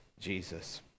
Jesus